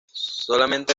solamente